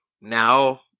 now